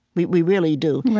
we we really do right.